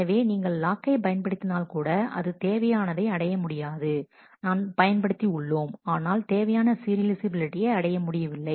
எனவே நீங்கள் லாக்கை பயன்படுத்தினால் கூட அது தேவையானதை அடைய முடியாது நாம் பயன்படுத்தி உள்ளோம் ஆனால் தேவையான சீரியலைஃசபிலிட்டியை அடைய முடியவில்லை